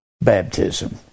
baptism